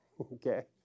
Okay